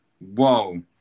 whoa